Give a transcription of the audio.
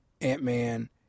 Ant-Man